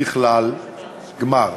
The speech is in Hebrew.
לכלל גמר.